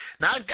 Now